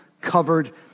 covered